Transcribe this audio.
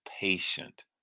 patient